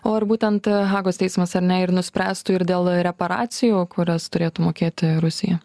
o ar būtent hagos teismas ar ne ir nuspręstų ir dėl reparacijų kurias turėtų mokėti rusija